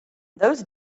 those